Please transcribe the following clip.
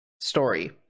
story